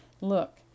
look